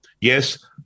Yes